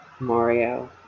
Mario